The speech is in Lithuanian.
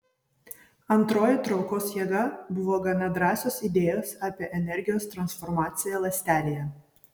antroji traukos jėga buvo gana drąsios idėjos apie energijos transformaciją ląstelėje